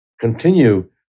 continue